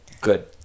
good